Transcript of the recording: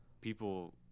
people